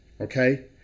okay